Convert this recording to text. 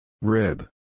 Rib